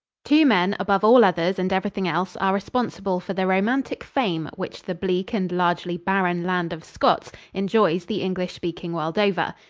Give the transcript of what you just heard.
two men above all others and everything else are responsible for the romantic fame which the bleak and largely barren land of scots enjoys the english-speaking world over.